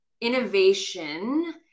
innovation